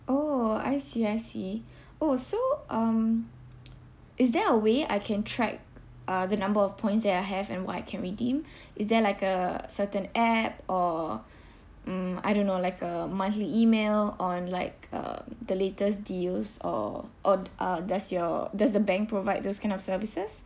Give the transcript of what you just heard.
orh I see I see orh so um is there a way I can track uh the number of points that I have and what I can redeem is there like a certain app or mm I don't know like a monthly email on like um the latest deals or ord~ uh does your does the bank provide those kind of services